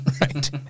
right